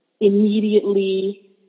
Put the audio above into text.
immediately